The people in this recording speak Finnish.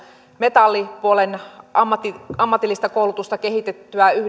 metallipuolen ammatillista ammatillista koulutusta kehitettyä